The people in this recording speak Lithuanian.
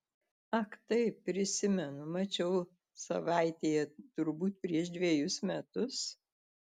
ak taip prisimenu mačiau savaitėje turbūt prieš dvejus metus